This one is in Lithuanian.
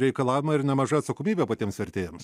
reikalavimai ir nemaža atsakomybė patiems vertėjams